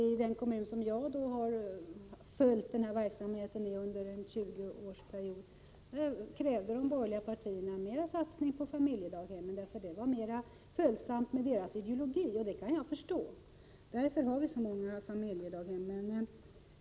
I den kommun som jag har följt verksamheten i under 20 år krävde de borgerliga partierna större satsning på familjedaghem eftersom det var mer följsamt jämfört med deras ideologi, och det kan jag förstå. Därför har vi så många familjedaghem.